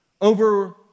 over